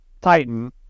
Titan